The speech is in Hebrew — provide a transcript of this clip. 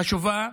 חשובה.